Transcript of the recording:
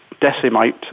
decimate